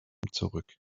zurück